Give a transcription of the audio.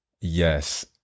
Yes